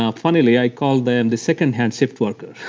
um funnily i call them the secondhand shift worker.